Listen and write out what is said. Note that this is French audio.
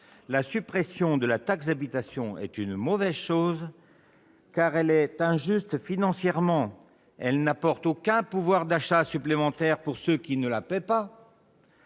La suppression de la taxe d'habitation est une mauvaise chose, car elle est injuste financièrement. Elle n'apporte aucun pouvoir d'achat supplémentaire à ceux qui ne la paient pas.